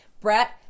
Brett